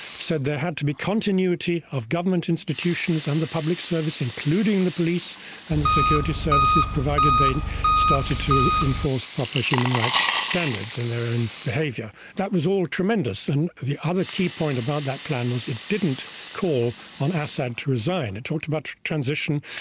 said there had to be continuity of government institutions and the public service, including the police and the security services provided they started to enforce proper human rights standards in their own behaviour. that was all tremendous, and the other key point about that plan was it didn't call on assad to resign. it talked about transition,